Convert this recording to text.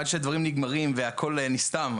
עד שדברים נגמרים והכול נסתם,